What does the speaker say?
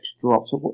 drops